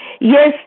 Yes